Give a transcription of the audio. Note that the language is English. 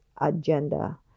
agenda